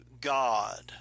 God